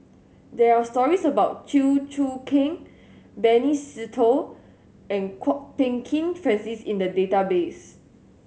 there are stories about Chew Choo Keng Benny Se Teo and Kwok Peng Kin Francis in the database